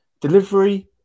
delivery